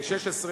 16,